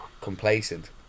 complacent